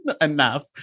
enough